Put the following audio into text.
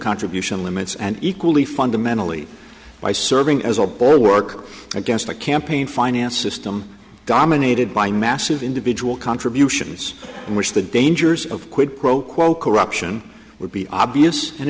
contribution limits and equally fundamentally by serving as a bulwark against a campaign finance system dominated by massive individual contributions which the dangers of quid pro quo corruption would be obvious and